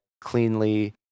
cleanly